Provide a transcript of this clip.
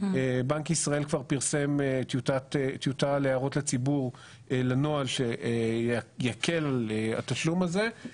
בנק ישראל כבר פרסם טיוטה להערות לציבור לנוהל שיקל על התשלום הזה.